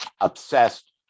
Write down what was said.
obsessed